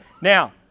Now